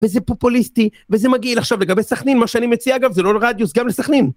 וזה פופוליסטי, וזה מגעיל עכשיו לגבי סכנין, מה שאני מציע אגב זה לא לרדיוס, גם לסכנין.